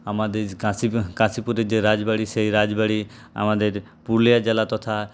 আমাদের কাশীপুরের যে রাজবাড়ি সেই রাজবাড়ি আমাদের পুরুলিয়া জেলা তথা